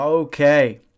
Okay